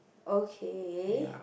okay